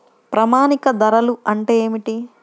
ప్రామాణిక ధరలు అంటే ఏమిటీ?